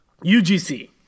UGC